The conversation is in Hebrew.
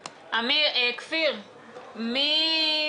כפיר, מי